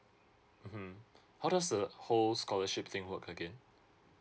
hmm how does the whole scholarship thing work again